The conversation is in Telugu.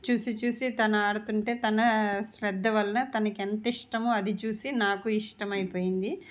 చూసి చూసి తను ఆడుతుంటే తన శ్రద్ధ వల్ల తనకి ఎంత ఇష్టమో అది చూసి నాకు ఇష్టమైపోయింది